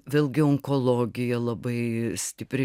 vėlgi onkologija labai stipriai